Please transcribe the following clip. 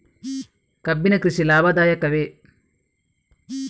ಕಬ್ಬಿನ ಕೃಷಿ ಲಾಭದಾಯಕವೇ?